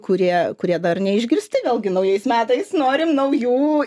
kurie kurie dar neišgirsti vėlgi naujais metais norim naujų